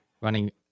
running